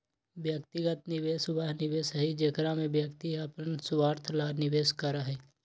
व्यक्तिगत निवेश वह निवेश हई जेकरा में व्यक्ति अपन स्वार्थ ला निवेश करा हई